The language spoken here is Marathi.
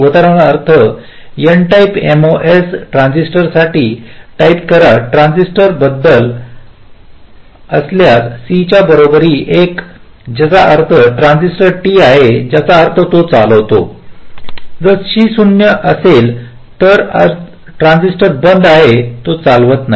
उदाहरणार्थ N टाइप एमओएस ट्रान्झिस्टरसाठी टाइप करा ट्रान्झिस्टर बद्दल असल्यास C च्या बरोबरी 1 ज्याचा अर्थ ट्रान्झिस्टर T आहे ज्याचा अर्थ तो चालवितो जर C 0 असेल तर याचा अर्थ ट्रान्झिस्टर बंद आहे तो चालवत नाही